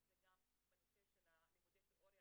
אם כי חשוב לומר שלא במלואו,